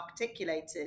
articulated